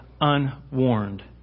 unwarned